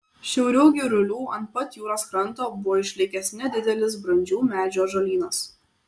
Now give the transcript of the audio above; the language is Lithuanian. šiauriau girulių ant pat jūros kranto buvo išlikęs nedidelis brandžių medžių ąžuolynas